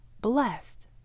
blessed